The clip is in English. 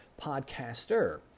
Podcaster